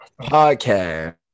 podcast